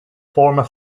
former